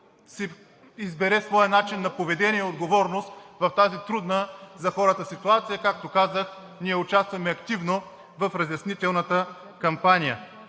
си избере своя начин на поведение и отговорност в тази трудна за хората ситуация. Както казах, ние участваме активно в разяснителната кампания.